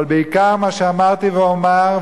אבל בעיקר מה שאמרתי ואומר,